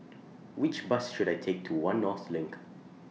Which Bus should I Take to one North LINK